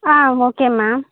ah okay ma'am